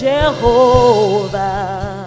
Jehovah